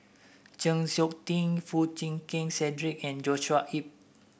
Chng Seok Tin Foo Chee Keng Cedric and Joshua Ip